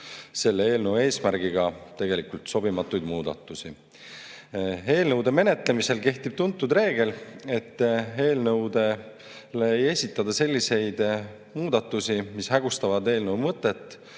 selle eelnõu eesmärgiga tegelikult sobimatuid muudatusi. Eelnõude menetlemisel kehtib tuntud reegel, et nende kohta ei esitata selliseid muudatusi, mis hägustavad eelnõu mõtet